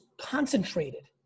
concentrated